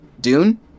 Dune